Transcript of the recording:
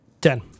Ten